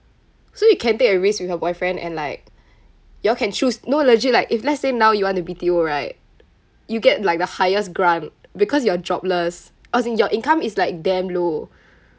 so you can take a risk with your boyfriend and like you all can choose no legit like if let's say now you want a B_T_O right you get like the highest grant because you're jobless as in your income is like damn low